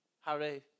Harry